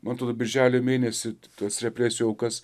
man atrodo birželio mėnesį tas represijų aukas